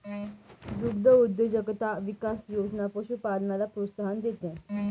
दुग्धउद्योजकता विकास योजना पशुपालनाला प्रोत्साहन देते